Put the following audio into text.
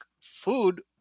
food